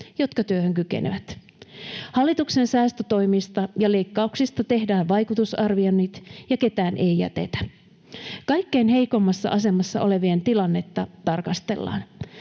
jotka työhön kykenevät. Hallituksen säästötoimista ja leikkauksista tehdään vaikutusarvioinnit, ja ketään ei jätetä. Kaikkein heikoimmassa asemassa olevien tilannetta tarkastellaan.